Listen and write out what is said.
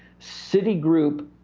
citigroup